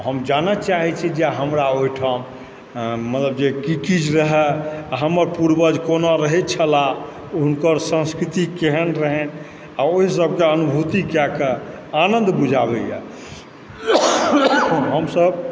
हम जानऽ चाहै छी जे हमरा ओहिठाम मतलब जे की की रहा हमर पूर्वज कोना रहै छलाह हुनकर संस्कृति केहन रहैन आ ओहिसभके अनुभूति कए कऽ आनन्द बुझाबैए हमसभ